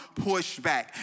pushback